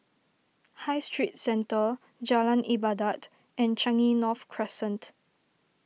High Street Centre Jalan Ibadat and Changi North Crescent